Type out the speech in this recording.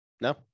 No